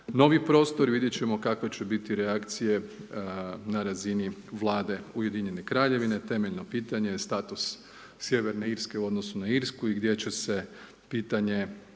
novi prostor i vidjeti ćemo kakve će biti reakcije na razini vlade Ujedinjene Kraljevine. Temeljno pitanje je status Sjeverne Irske u odnosu na Irsku i gdje će se pitanje